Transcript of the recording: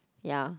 ya